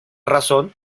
razón